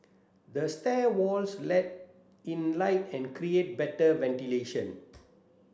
the stair walls let in light and create better ventilation